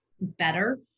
better